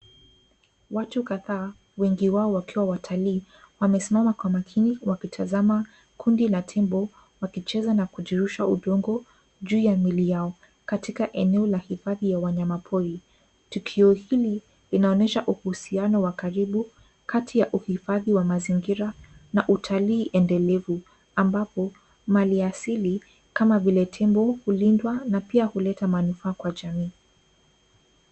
Watu kadhaa, wengi wao wakiwa watalii, wamesimama kwa makini wakitazama kundi la tembo wakicheza na kujirusha udongo juu ya mili yao. Katika eneo la hifadhi la wanyama pori. Tukio hili linaonyesha uhusiano wa karibu kati ya uhifadhi wa mazingira na utalii endelevu, ambapo mali ya asili kama vile tembo, hulindwa na pia huleta manufaa kwa jamii.